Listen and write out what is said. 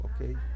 okay